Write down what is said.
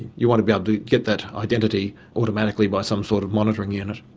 you want to be able to get that identity automatically by some sort of monitoring unit.